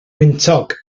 wyntog